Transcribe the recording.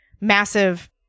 massive